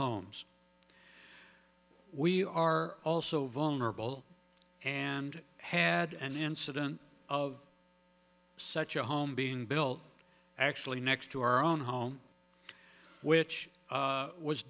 homes we are also vulnerable and had an incident of such a home being built actually next to our own home which